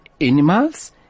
animals